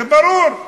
זה ברור.